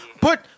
Put